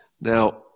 Now